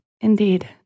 indeed